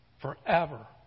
forever